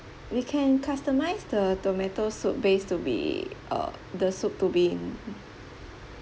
we can customize the tomato soup base to be uh the soup to be